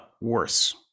worse